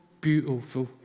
beautiful